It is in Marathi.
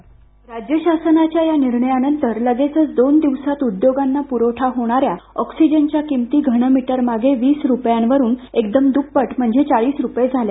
स्क्रिप्ट राज्य शासनाच्या या निर्णयानंतर लगेच दोन दिवसात उद्योगांना प्रवठा होणाऱ्या ऑक्सिजनच्या किमती घनमीटर मागे वीस रुपये वरून एकदम चाळीस रुपये झाल्या